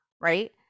right